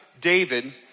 David